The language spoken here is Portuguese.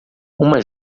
uma